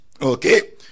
Okay